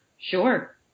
Sure